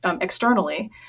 externally